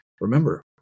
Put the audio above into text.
remember